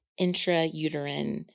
intrauterine